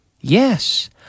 Yes